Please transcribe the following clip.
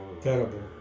Terrible